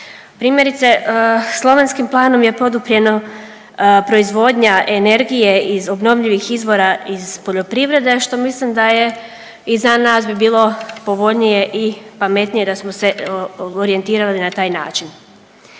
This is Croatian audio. Primjerice slovenskim planom je poduprijeno proizvodnja energije iz obnovljivih izvora iz poljoprivrede, a što mislim da je i za nas bi bilo povoljnije i pametnije da smo se orijentirali na taj način.